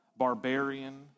Barbarian